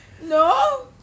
no